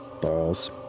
Balls